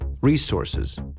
resources